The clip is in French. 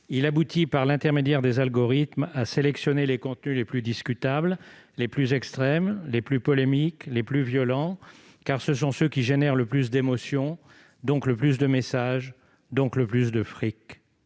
aboutit, par l'intermédiaire des algorithmes, à sélectionner les contenus les plus discutables, les plus polémiques, les plus violents- ce sont ceux qui génèrent le plus d'émotion, donc le plus de messages et le plus de fric.